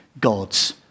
God's